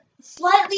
slightly